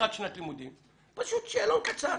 פתיחת שנת לימודים, פשוט שאלון קצר